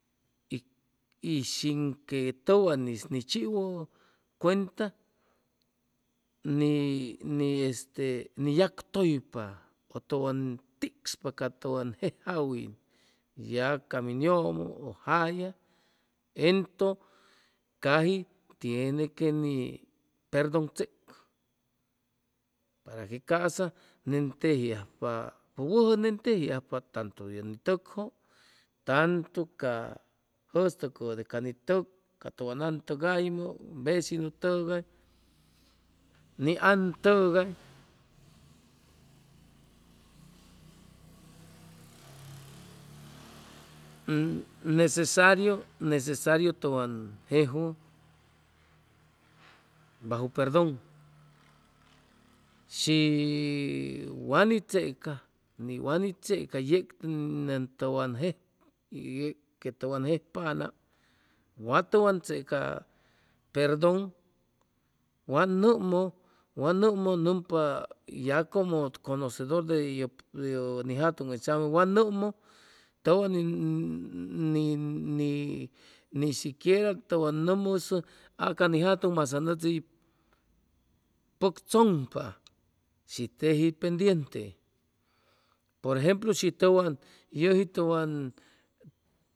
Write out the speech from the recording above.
Y shin que tʉwan'is ni chiwʉ cuenta ni ni yagtʉypa tʉwan tikspa ca tʉwan jej awin ya ca min yʉmʉ, jalla, entʉ caji tiene que ni perdon checʉ para que ca'sa nen teji ajpa pʉj wʉjʉ nen teji ajpa tantu ye ni tʉkjʉ tantu ca jʉstʉcʉjʉ de ca ni tʉk ca tʉwan an tʉgaymʉ veshinu tʉgay ni an tʉgay necesariu, necesariu tʉwan jejwʉ baju perdon shi wa ni checa ni wa ni checa yeg nen tʉwan jejpa yeg que tʉwan jejpanam wa tʉwan checa perdon wa nʉmʉ wa nʉmʉ nʉmpa ya como conocedor de yʉ yʉ ni jatʉŋ hʉy tzame wa nʉmʉ tʉwan ni ni siquira tʉwan nʉmmusʉ a ca ni jatʉŋ masaŋ ʉdi pʉcchʉmpa shi teji pendiene por ejemplo shi tʉwan yʉji tʉwan